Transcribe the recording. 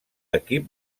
equip